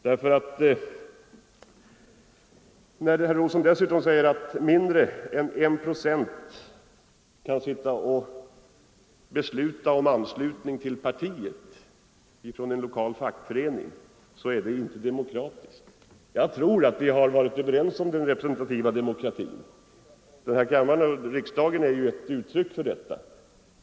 Herr Olsson säger att mindre än en procent av medlemmarna i en lokal fackförening kan besluta om anslutning till partiet och att det inte är demokratiskt. Jag tror vi har varit överens när det gäller den representativa demokratin. Riksdagen är ju ett uttryck för detta.